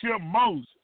Moses